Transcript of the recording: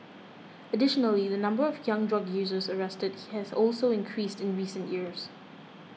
additionally the number of young drug users arrested he has also increased in recent years